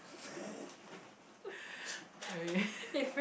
I